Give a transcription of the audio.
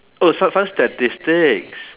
oh some fun statistics